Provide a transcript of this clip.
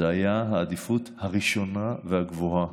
זה היה בעדיפות הראשונה והגבוהה.